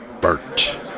Bert